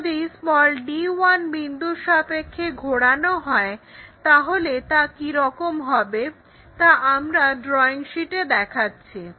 যদি d1 বিন্দুর সাপেক্ষে ঘোরানো হলে তা কি রকম হবে তা আমরা ড্রইং শীটে দেখাচ্ছি